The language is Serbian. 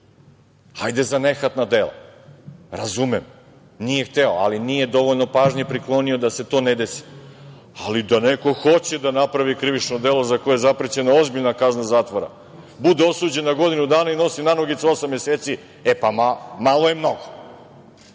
Hajde za nehatna dela razumem, nije hteo, ali nije dovoljno pažnje priklonio da se to ne desi, ali da neko hoće da napravi krivično delo za koje je zaprećena ozbiljna kazna zatvora bude osuđen na godinu dana i nosi nanogicu osam meseci, e pa malo je mnogo.